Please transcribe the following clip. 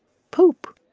poop